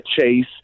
chase –